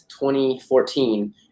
2014